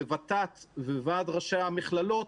ות"ת וועד ראשי המכללות